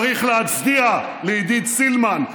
צריך להצדיע לעידית סילמן.